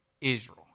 Israel